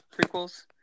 prequels